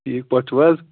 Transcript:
ٹھیٖک پٲٹھۍ چھُو حظ